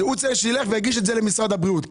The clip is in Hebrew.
שיגיש את זה למשרד הבריאות.